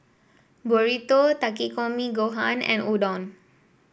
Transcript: Burrito Takikomi Gohan and Udon